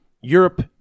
Europe